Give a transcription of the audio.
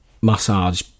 massage